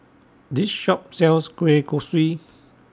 This Shop sells Kueh Kosui